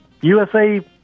USA